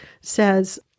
says